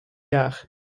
jaar